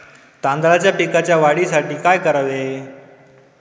तांदळाच्या पिकाच्या वाढीसाठी काय करावे?